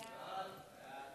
סעיף 2,